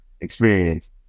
experience